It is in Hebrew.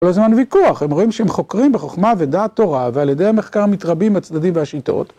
כל הזמן ויכוח, הם רואים שהם חוקרים בחוכמה ודעת תורה, ועל ידי המחקר מתרבים הצדדים והשיטות.